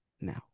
now